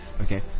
okay